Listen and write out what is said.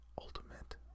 ultimate